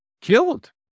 Killed